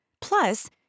Plus